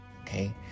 Okay